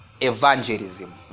evangelism